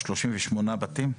38 בתים?